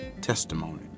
testimony